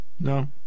No